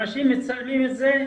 אנשים --- את זה,